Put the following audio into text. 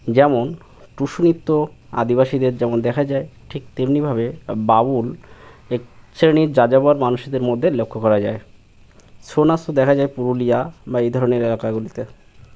যেমন টুসুু নৃত্য আদিবাসীদের যেমন দেখা যায় ঠিক তেমনিভাবে বাউল এক শ্রেণীর যাযাবর মানুষদের মধ্যে লক্ষ্য করা যায় ছো নাচ দেখা যায় পুরুলিয়া বা এই ধরনের এলাকাগুলিতে